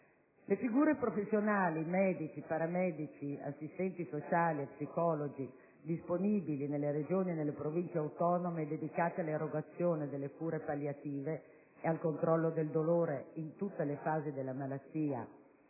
Le figure professionali (medici, paramedici, assistenti sociali e psicologi) disponibili nelle Regioni e nelle Province autonome e dedicate all'erogazione delle cure palliative e al controllo del dolore in tutte le fasi della malattia,